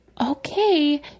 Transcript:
okay